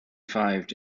five